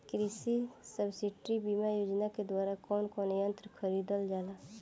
कृषि सब्सिडी बीमा योजना के द्वारा कौन कौन यंत्र खरीदल जाला?